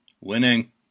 winning